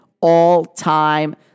all-time